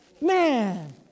Man